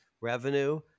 revenue